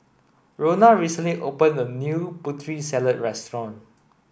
Rona recently opened a new Putri Salad restaurant